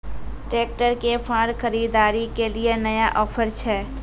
Tractor के फार खरीदारी के लिए नया ऑफर छ?